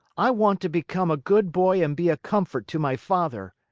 i want to become a good boy and be a comfort to my father.